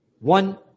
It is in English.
One